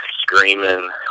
screaming